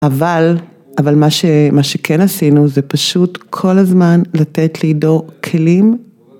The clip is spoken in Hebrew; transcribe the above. אבל מה שכן עשינו, זה פשוט כל הזמן לתת לידו כלים